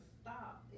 stop